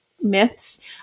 Myths